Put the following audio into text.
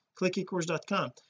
clickycourse.com